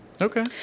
Okay